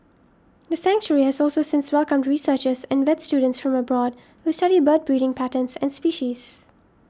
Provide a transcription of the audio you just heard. the sanctuary has also since welcomed researchers and vet students from abroad who study bird breeding patterns and species